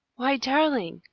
why, darling,